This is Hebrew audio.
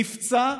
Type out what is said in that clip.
נפצע,